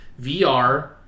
VR